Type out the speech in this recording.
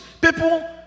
people